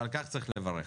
ועל כך צריך לברך.